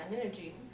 energy